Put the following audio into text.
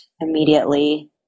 immediately